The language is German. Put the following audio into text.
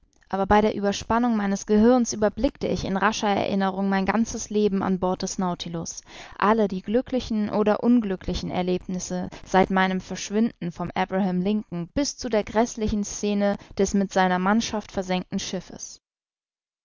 aber bei der ueberspannung meines gehirns überblickte ich in rascher erinnerung mein ganzes leben an bord des nautilus alle die glücklichen oder unglücklichen erlebnisse seit meinem verschwinden vom abraham lincoln bis zu der gräßlichen scene des mit seiner mannschaft versenkten schiffes